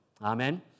Amen